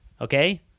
Okay